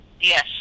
Yes